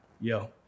Yo